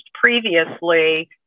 previously